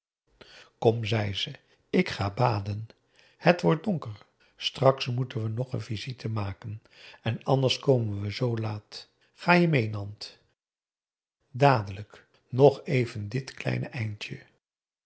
kom zei ze ik ga baden het wordt donker straks moeten we nog n visite maken en anders komen we zoo laat ga je mee nant dadelijk nog even dit kleine eindje